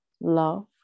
love